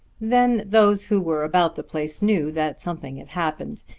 then those who were about the place knew that something had happened,